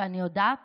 ואני יודעת